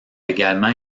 également